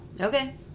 Okay